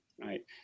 right